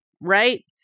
right